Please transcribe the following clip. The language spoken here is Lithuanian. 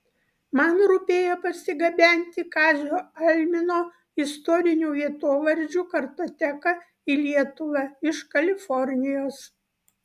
man rūpėjo parsigabenti kazio almino istorinių vietovardžių kartoteką į lietuvą iš kalifornijos